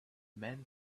men